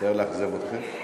מצטער לאכזב אתכם.